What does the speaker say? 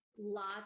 lots